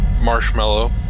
marshmallow